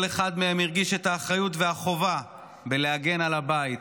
כל אחד מהם הרגיש את האחריות והחובה להגן על הבית,